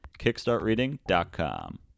Kickstartreading.com